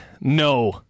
No